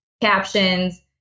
captions